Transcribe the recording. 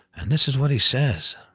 and this is what he says,